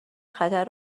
خطر